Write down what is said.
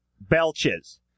belches